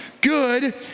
good